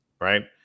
right